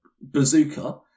bazooka